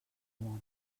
món